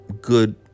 good